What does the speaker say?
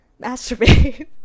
masturbate